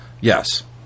yes